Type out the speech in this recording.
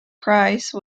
price